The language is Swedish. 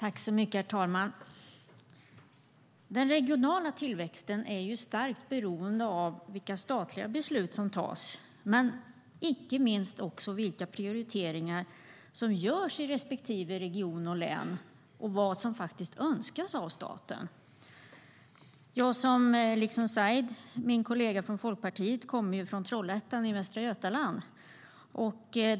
Herr talman! Den regionala tillväxten är starkt beroende av vilka statliga beslut som tas men också av vilka prioriteringar som görs i respektive region och län och vad som faktiskt önskas av staten. Jag liksom Said, min kollega från Folkpartiet, kommer från Trollhättan i Västra Götaland.